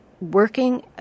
working